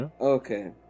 Okay